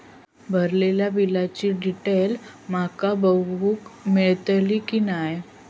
भरलेल्या बिलाची डिटेल माका बघूक मेलटली की नाय?